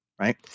right